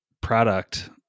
product